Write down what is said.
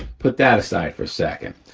put that aside for a second.